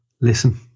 listen